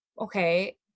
Okay